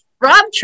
Rob